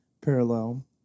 parallel